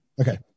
Okay